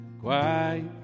quiet